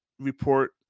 report